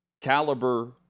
caliber